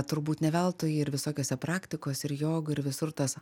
turbūt ne veltui ir visokiose praktikose ir jogoj ir visur tas